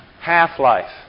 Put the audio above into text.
Half-life